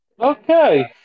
Okay